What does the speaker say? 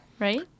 right